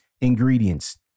ingredients